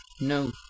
No